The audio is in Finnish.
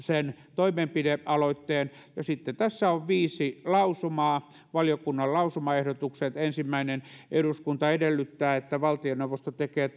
toimenpidealoitteen ja sitten tässä on viisi lausumaa valiokunnan lausumaehdotukset ensimmäinen eduskunta edellyttää että valtioneuvosto tekee